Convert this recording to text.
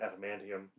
adamantium